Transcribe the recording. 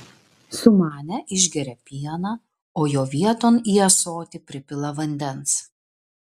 sumanę išgeria pieną o jo vieton į ąsotį pripila vandens